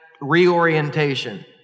reorientation